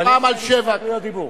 נצביע פעמיים,